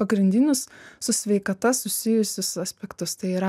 pagrindinius su sveikata susijusius aspektus tai yra